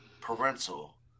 parental